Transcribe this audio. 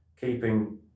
keeping